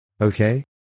Okay